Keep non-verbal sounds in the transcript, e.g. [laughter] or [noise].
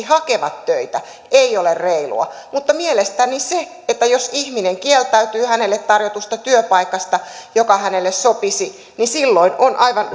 [unintelligible] hakevat töitä ei ole reilua mutta mielestäni jos ihminen kieltäytyy hänelle tarjotusta työpaikasta joka hänelle sopisi niin silloin on aivan [unintelligible]